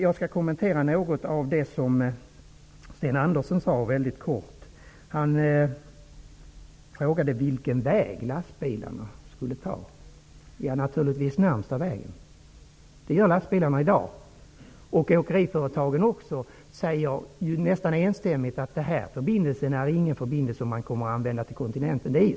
Jag skall kommentera något av det som Sten Andersson i Malmö sade. Han frågade vilken väg lastbilarna skulle ta. Ja, de tar naturligtvis den närmaste vägen. Det gör de i dag. Åkeriföretagen säger också nästan enstämmigt att de inte kommer att använda den här förbindelsen till kontinenten.